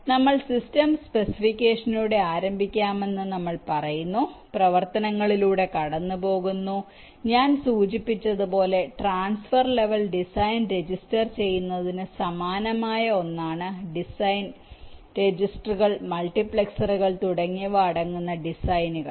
അതിനാൽ നമ്മൾ സിസ്റ്റം സ്പെസിഫിക്കേഷനോടെ ആരംഭിക്കുമെന്ന് നമ്മൾ പറയുന്നു നമ്മൾ പ്രവർത്തനത്തിലൂടെ കടന്നുപോകുന്നു ഞാൻ സൂചിപ്പിച്ചതുപോലെ ട്രാൻസ്ഫർ ലെവൽ ഡിസൈൻ രജിസ്റ്റർ ചെയ്യുന്നതിന് സമാനമായ ഒന്നാണ് ഡിസൈൻ രജിസ്റ്ററുകൾ ALU കൾ മൾട്ടിപ്ലക്സറുകൾ തുടങ്ങിയവ അടങ്ങുന്ന ഡിസൈനുകൾ